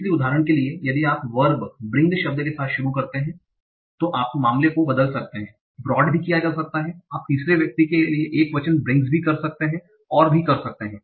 इसलिए उदाहरण के लिए यदि आप वर्ब ब्रिंग शब्द के साथ शुरू करते हैं तो आप मामले को बदल सकते हैं ब्रोट भी किया जा सकता है आप तीसरे व्यक्ति के लिए एकवचन ब्रिंगस भी कर सकते हैं और भी कर सकते हैं